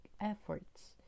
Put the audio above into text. efforts